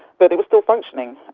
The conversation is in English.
but it was still functioning.